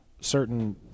certain